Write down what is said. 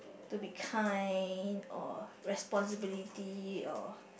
to be kind or responsibility or